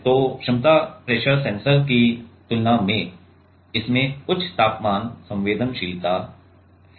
तो क्षमता pressure sensor की तुलना में इसमें उच्च तापमान संवेदनशीलता है